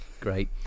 great